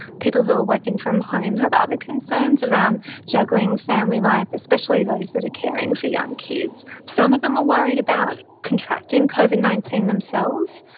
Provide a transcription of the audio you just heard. people who are working from home have other concerns around juggling family life, especially those that are caring for young kids. some of them are worried about contracting covid nineteen themselves,